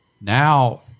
Now